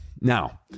Now